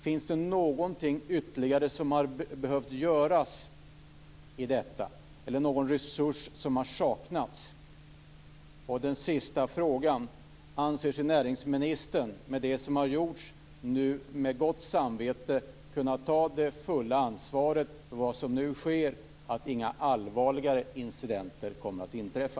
Finns det någonting ytterligare som hade behövt göras eller någon resurs som saknats i detta? Anser sig näringsministern, efter det som har gjorts, med gott samvete kunna ta det fulla ansvaret för att inga allvarligare incidenter nu kommer att inträffa?